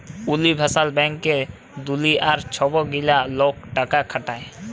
universal ব্যাংকে দুলিয়ার ছব গিলা লক টাকা খাটায়